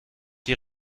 die